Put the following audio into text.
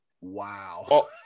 wow